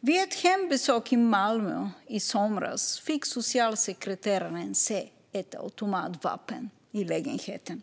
Vid ett hembesök i Malmö i somras fick socialsekreteraren se ett automatvapen i lägenheten.